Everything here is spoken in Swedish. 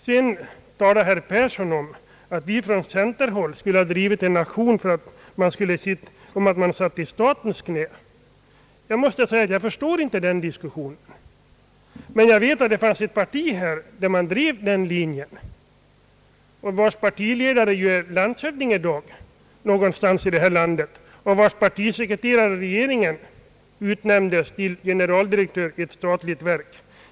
Så talar herr Persson om att vi från centerhåll drivit en aktion om att »sitta i statens knä». Jag förstår inte den diskussionen, det måste jag säga. Men jag vet att det fanns ett parti som drev den aktionen — dåvarande partiledaren är i dag landshövding någonstans i landet, och hans partisekreterare är av regeringen utnämnd till generaldirektör i ett statligt verk.